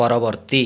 ପରବର୍ତ୍ତୀ